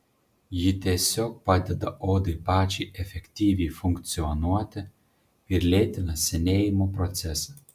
ji tiesiog padeda odai pačiai efektyviai funkcionuoti ir lėtina senėjimo procesą